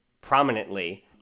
prominently